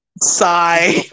Sigh